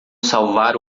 salvar